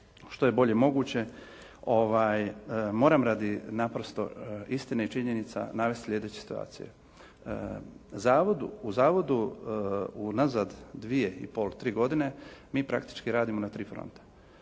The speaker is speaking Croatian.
što je bolje moguće. Moram radi naprosto istine i činjenica navesti sljedeće situacije. U zavodu u nazad dvije i pol, tri godine mi praktički radimo na 3 fronta.